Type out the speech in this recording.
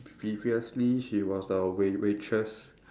previously she was a wa~ waitress